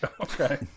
Okay